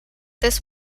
this